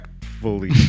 fully